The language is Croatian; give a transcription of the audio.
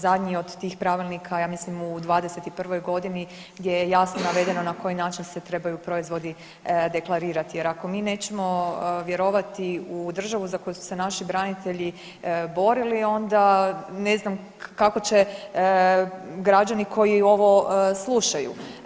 Zadnji od tih pravilnika ja mislim u '21. godini gdje je jasno navedeno na koji način se trebaju proizvodi deklarirati jer ako mi nećemo vjerovati u državu za koju su se naši branitelji borili onda ne znam kako će građani koji ovo slušaju.